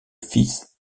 fils